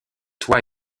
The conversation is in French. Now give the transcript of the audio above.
toit